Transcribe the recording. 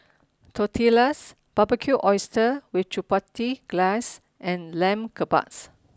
tortillas Barbecued Oysters with Chipotle Glaze and Lamb Kebabs